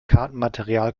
kartenmaterial